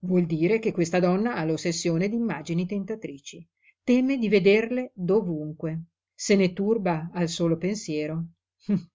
vuol dire che questa donna ha l'ossessione di immagini tentatrici teme di vederle dovunque se ne turba al solo pensiero